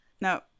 No